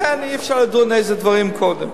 לכן, אי-אפשר לדון איזה דברים קודם.